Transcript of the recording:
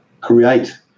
create